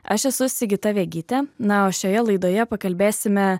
aš esu sigita vegytė na o šioje laidoje pakalbėsime